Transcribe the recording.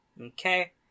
Okay